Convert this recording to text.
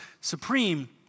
supreme